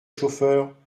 chauffeur